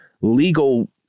legal